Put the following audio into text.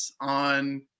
on